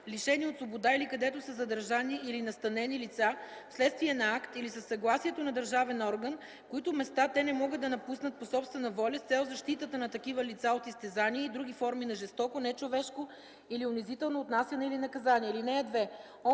лишени от свобода, или където са задържани или настанени лица вследствие на акт или със съгласието на държавен орган, които места те не могат да напуснат по собствена воля, с цел защитата на такива лица от изтезание и други форми на жестоко, нечовешко или унизително отнасяне или наказание.